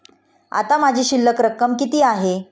आता माझी शिल्लक रक्कम किती आहे?